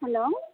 hello